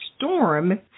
Storm